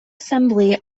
assembly